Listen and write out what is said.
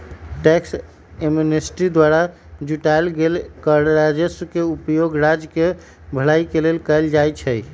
tax amnesty द्वारा जुटाएल गेल कर राजस्व के उपयोग राज्य केँ भलाई के लेल कएल जाइ छइ